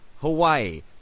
Hawaii